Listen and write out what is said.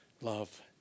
love